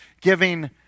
giving